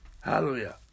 Hallelujah